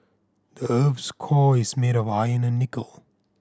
the earth's core is made of iron and nickel